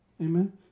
Amen